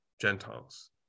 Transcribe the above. Gentiles